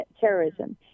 terrorism